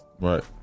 right